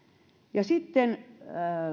ja sitten